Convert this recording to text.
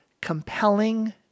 compelling